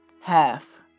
Half